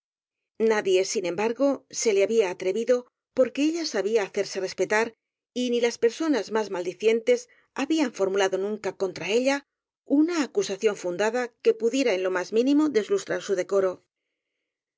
nadie sin embargo se le había atrevido porque ella sabía hacerse respetar y ni las persoñas más maldicientes habían formulado nunca contra ella una acusación fundada que pudiera en lo más mínimo deslustrar su decoro